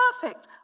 Perfect